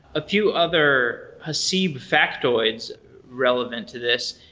a few other haseeb factoids relevant to this.